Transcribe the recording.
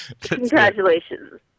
Congratulations